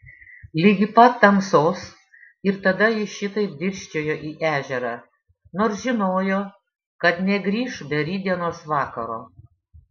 ligi pat tamsos ir tada ji šitaip dirsčiojo į ežerą nors žinojo kad negrįš be rytdienos vakaro